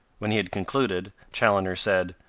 when he had concluded, chaloner said,